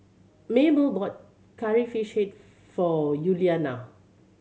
Mable bought Curry Fish Head for Yuliana